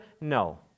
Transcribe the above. No